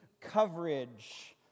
coverage